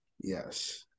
Yes